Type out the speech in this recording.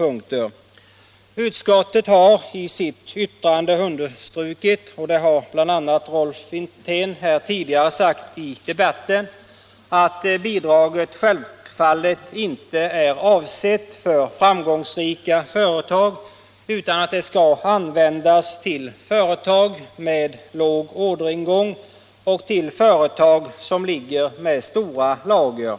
Utskottet har i sitt yttrande understrukit — och det har bl.a. Rolf Wirtén sagt tidigare i debatten — att bidraget självfallet inte är avsett för framgångsrika företag, utan det skall ges till företag med låg orderingång och till företag som ligger med stora lager.